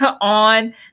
on